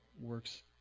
works